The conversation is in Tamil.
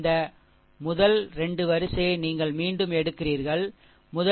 இந்த முதல் 2 வரிசையை நீங்கள் மீண்டும் எடுக்கிறீர்கள் சரி